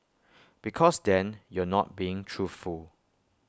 because then you're not being truthful